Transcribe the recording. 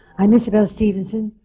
i'm isabelle stevenson,